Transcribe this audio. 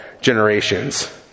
generations